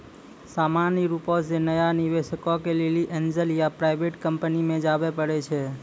सामान्य रुपो से नया निबेशको के लेली एंजल या प्राइवेट कंपनी मे जाबे परै छै